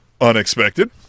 unexpected